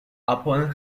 upon